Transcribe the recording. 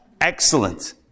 excellent